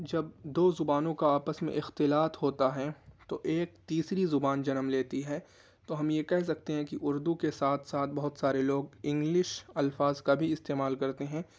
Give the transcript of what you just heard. جب دو زبانوں کا آپس میں اختلاط ہوتا ہے تو ایک تیسری زبان جنم لیتی ہے تو ہم یہ کہہ سکتے ہیں کہ اردو کے ساتھ ساتھ بہت سارے لوگ انگلش الفاظ کا بھی استعمال کرتے ہیں